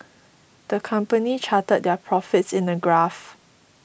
the company charted their profits in a graph